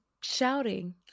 shouting